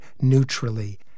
neutrally